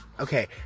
Okay